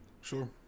sure